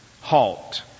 halt